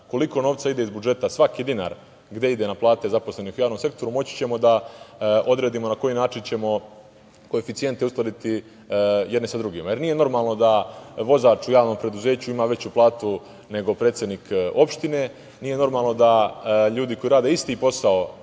koliko novca ide iz budžeta, svaki dinar gde ide na plate zaposlenih u javnom sektoru, moći ćemo da odredimo na koji način ćemo koeficijente uskladiti jedne sa drugima, jer nije normalno da vozač u javnom preduzeću ima veću platu nego predsednik opštine. Nije normalno da ljudi koji rade isti posao